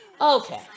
okay